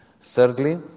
Thirdly